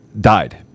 died